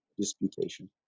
disputation